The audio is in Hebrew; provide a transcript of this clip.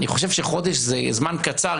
אני חושב שחודש זה זמן קצר,